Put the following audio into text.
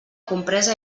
compresa